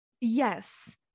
Yes